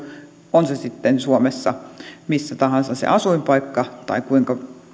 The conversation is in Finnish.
on se sitten suomessa missä tahansa se asuinpaikka tai kuinka